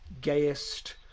gayest